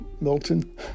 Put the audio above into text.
Milton